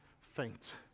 faint